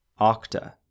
Octa